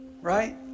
right